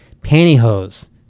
pantyhose